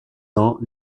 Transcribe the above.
dans